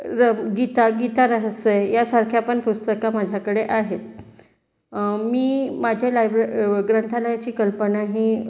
र गीता गीतारहस्य यासारख्या पण पुस्तक माझ्याकडे आहेत मी माझ्या लायब्र व ग्रंथालयाची कल्पना ही